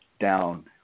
down